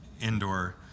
indoor